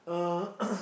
uh